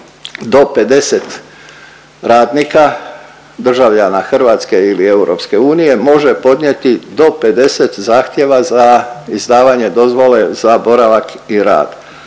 do 50 radnika državljana Hrvatske ili EU može podnijeti do 50 zahtjeva za izdavanje dozvole za boravak i rad.